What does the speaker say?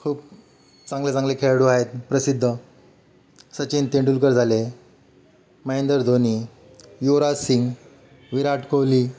खूप चांगले चांगले खेळाडू आहेत प्रसिद्ध सचिन तेंडुलकर झाले महेंद्र धोनी युवराज सिंग विराट कोहली